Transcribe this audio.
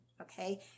Okay